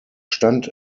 stand